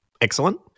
Excellent